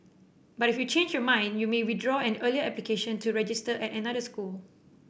but if you change your mind you may withdraw an earlier application to register at another school